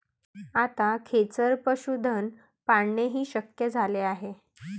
आता खेचर पशुधन पाळणेही शक्य झाले आहे